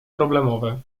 problemowe